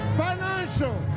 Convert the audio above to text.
financial